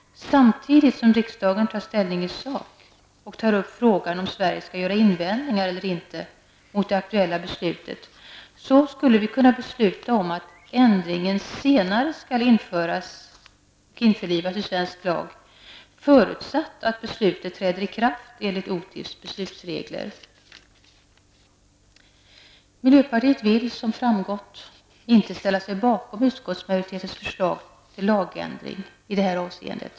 Samtidigt som riksdagen tar ställning i sak och tar upp frågan om Sverige skall göra invändningar eller inte mot det aktuella beslutet, skulle riksdagen kunna besluta om att ändringen senare skall införlivas i svensk lag förutsatt att beslutet träder i kraft enligt OTIFs beslutsregler. Miljöpartiet vill, som här framgått, inte ställa sig bakom utskottsmajoritetens förslag till lagändring i detta avseende.